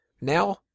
Now